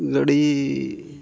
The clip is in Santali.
ᱜᱟᱹᱰᱤ